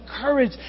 courage